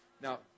Now